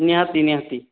ନିହାତି ନିହାତି